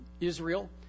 Israel